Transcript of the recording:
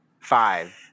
Five